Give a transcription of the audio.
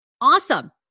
Awesome